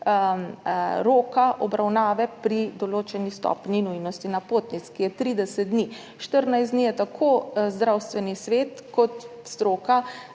roka obravnave pri določeni stopnji nujnosti napotnic, ki je 30 dni. 14 dni sta tako Zdravstveni svet kot stroka